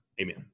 Amen